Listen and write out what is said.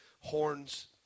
horns